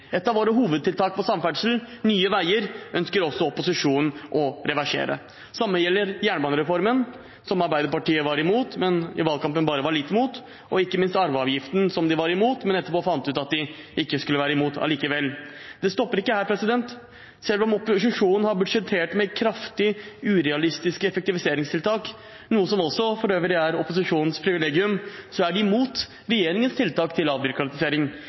Et av våre hovedtiltak på samferdsel, Nye Veier, ønsker også opposisjonen å reversere. Det samme gjelder jernbanereformen, som Arbeiderpartiet var imot, men som man i valgkampen bare var litt imot. Og ikke minst arveavgiften, som man var imot, men etterpå fant man ut at man ikke skulle være imot allikevel. Det stopper ikke her. Selv om opposisjonen har budsjettert med kraftig urealistiske effektiviseringstiltak, noe som også for øvrig er opposisjonens privilegium, er man imot regjeringens tiltak